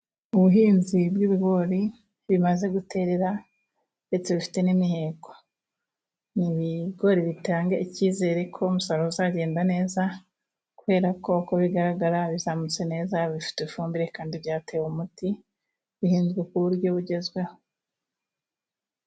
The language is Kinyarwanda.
Ubuhinzi bw'ibigori bimaze guterera ndetse bifite n'imiheko. Ni ibigori bitanga icyizere ko umusaruro uzagenda neza kubera ko uko bigaragara bizamutse neza, bifite ifumbire kandi byatewe umuti bihinzwe ku buryo bugezweho.